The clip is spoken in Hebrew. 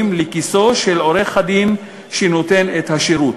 לכיסו של עורך-הדין שנותן את השירות.